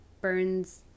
burns